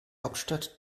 hauptstadt